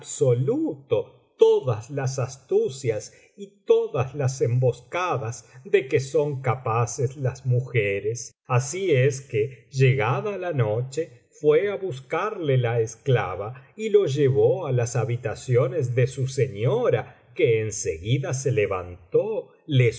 absoluto todas las astucias y todas las emboscadas de que son capaces las mujeres así es que llegada la noche fué á buscarle la esclava y lo llevó á las habitaciones de su señora que en seguida se levantó le